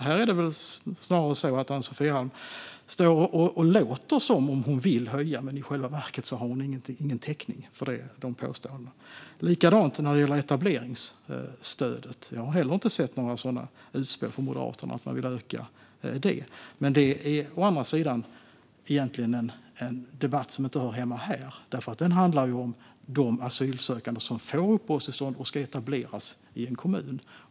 Här är det väl snarare så att Ann-Sofie Alm står och låter som om hon vill höja, men i själva verket har hon ingen täckning för det påståendet. Likadant är det med etableringsstödet. Jag har inte heller där sett några utspel från Moderaterna om att öka stödet. Det är å andra sidan en debatt som egentligen inte hör hemma här. Den handlar om de asylsökande som får uppehållstillstånd och ska etableras i en kommun.